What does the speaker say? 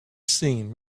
seen